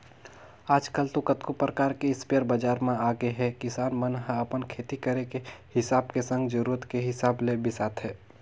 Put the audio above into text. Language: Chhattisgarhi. आजकल तो कतको परकार के इस्पेयर बजार म आगेहे किसान मन ह अपन खेती करे के हिसाब के संग जरुरत के हिसाब ले बिसाथे